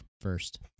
first